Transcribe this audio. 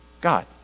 God